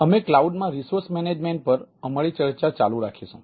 અમે ક્લાઉડ પર અમારી ચર્ચા ચાલુ રાખીશું